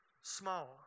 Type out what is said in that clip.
small